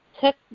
took